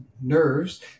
nerves